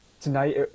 tonight